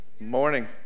Morning